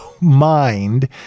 mind